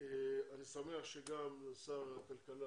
אני שמח שגם שר הכלכלה